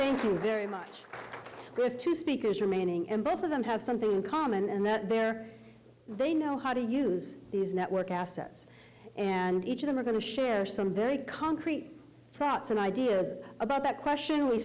very much with two speakers remaining in both of them have something in common and that there they know how to use these network assets and each of them are going to share some very concrete thoughts and ideas about that question we